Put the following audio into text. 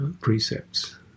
precepts